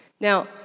Now